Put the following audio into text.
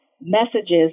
messages